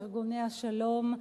לארגוני השלום,